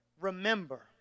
Remember